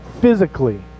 physically